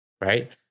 Right